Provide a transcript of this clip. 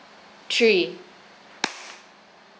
three